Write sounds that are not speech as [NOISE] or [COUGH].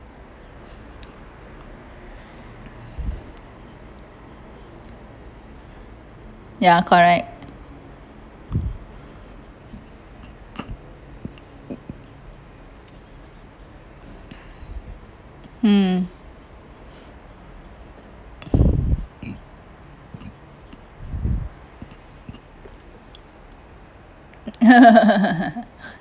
ya correct mm [LAUGHS]